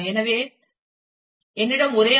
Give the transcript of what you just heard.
எனவே என்னிடம் ஒரே ஐ